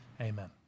Amen